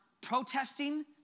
protesting